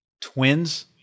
Twins